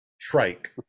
trike